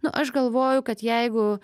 nu aš galvoju kad jeigu